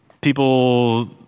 People